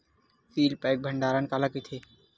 Seal pack भंडारण काला कइथे?